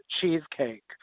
cheesecake